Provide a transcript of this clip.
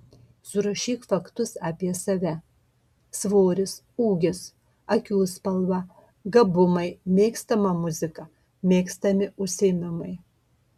surašyk faktus apie save svoris ūgis akių spalva gabumai mėgstama muzika mėgstami užsiėmimai